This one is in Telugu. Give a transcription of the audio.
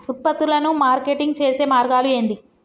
ఉత్పత్తులను మార్కెటింగ్ చేసే మార్గాలు ఏంది?